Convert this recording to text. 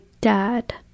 dad